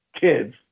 kids